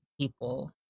People